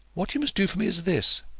what you must do for me is this,